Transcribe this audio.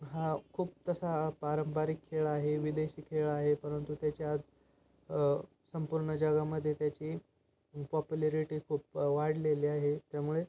हा खूप तसा पारंपरिक खेळ आहे विदेशी खेळ आहे परंतु त्याची आज संपूर्ण जगामध्ये त्याची पॉप्युलॅरिटी खूप वाढलेली आहे त्यामुळे